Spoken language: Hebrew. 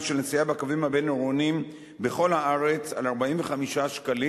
של נסיעה בקווים הבין-עירוניים בכל הארץ על 45 שקלים,